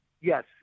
yes